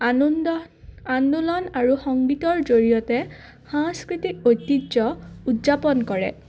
আনন্দ আন্দোলন আৰু সংগীতৰ জৰিয়তে সাংস্কৃতিক ঐতিহ্য উদযাপন কৰে